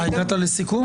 הגעת לסיכום?